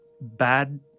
bad